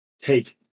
take